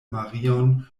marion